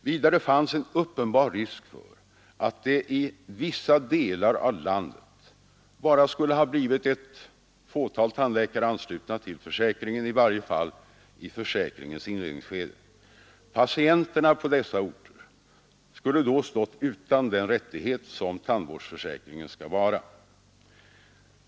Vidare fanns en uppenbar risk för att det i vissa delar av landet bara skulle ha blivit ett fåtal tandläkare anslutna till försäkringen, i varje fall i försäkringens inledningsskede. Patienterna på dessa orter skulle då ha stått utan den rättighet som tandvårdsförsäkringen skall vara.